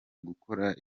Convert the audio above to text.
gukora